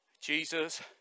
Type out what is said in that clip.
Jesus